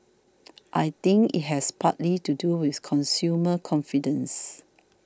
I think it has partly to do with consumer confidence